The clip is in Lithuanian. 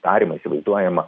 tariamą įsivaizduojamą